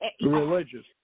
Religious